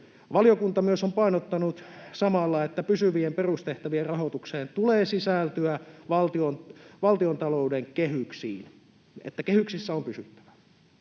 Valiokunta on myös painottanut samalla, että pysyvien perustehtävien rahoituksen tulee sisältyä valtiontalouden kehyksiin, että kehyksissä on pysyttävä.